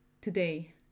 today